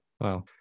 Wow